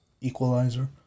equalizer